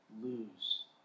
lose